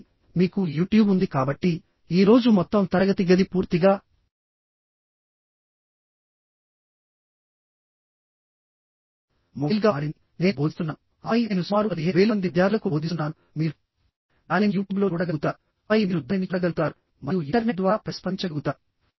కాబట్టి మీకు యూట్యూబ్ ఉంది కాబట్టి ఈ రోజు మొత్తం తరగతి గది పూర్తిగా మొబైల్గా మారింది నేను బోధిస్తున్నాను ఆపై నేను సుమారు 15000 మంది విద్యార్థులకు బోధిస్తున్నానుమీరు దానిని యూట్యూబ్లో చూడగలుగుతారు ఆపై మీరు దానిని చూడగలుగుతారు మరియు ఇంటర్నెట్ ద్వారా ప్రతిస్పందించగలుగుతారు